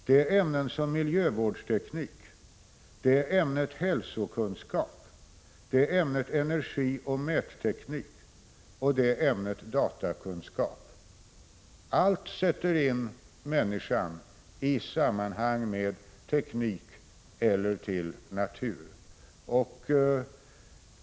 Det är ämnen som miljövårdsteknik, hälsokunskap, energioch mätteknik och datakunskap. Alla dessa ämnen sätter in människan i sammanhanget med tekniken och naturen.